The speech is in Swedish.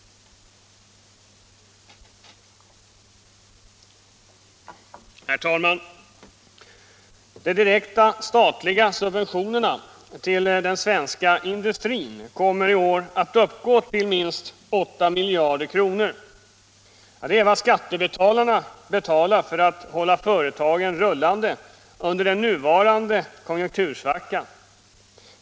Herr talman! De direkta statliga subventionerna till den svenska industrin kommer i år att uppgå till minst 8 miljarder kronor. Det är vad skattebetalarna betalar för att hålla företagen rullande under den nuvarande konjunktursvackan.